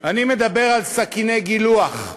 אני מדבר על סכיני גילוח,